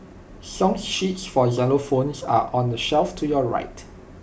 song sheets for xylophones are on the shelf to your right